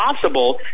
possible